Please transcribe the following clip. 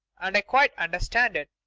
and i quite understand it,